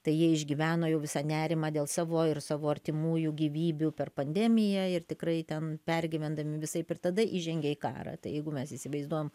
tai jie išgyveno jau visą nerimą dėl savo ir savo artimųjų gyvybių per pandemiją ir tikrai ten pergyvendami visaip ir tada įžengė į karą tai jeigu mes įsivaizduojam